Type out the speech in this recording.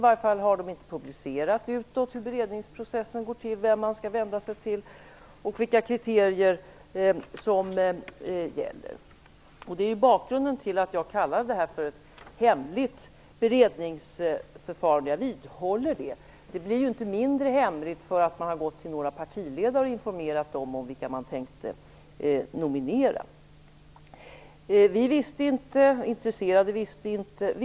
I varje fall har man inte publicerat hur beredningsprocessen går till, vem man skall vända sig till och vilka kriterier som gäller. Det är bakgrunden till att jag kallar det här för ett hemligt beredningsförfarande. Jag vidhåller det. Det blir inte mindre hemligt för att man har gått till några partiledare och informerat dem om vilka man tänker nominera. Vi visste inte och intresserade visste inte hur det här gick till.